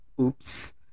Oops